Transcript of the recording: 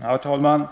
Herr talman!